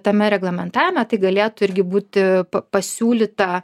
tame reglamentavime tai galėtų irgi būti pasiūlyta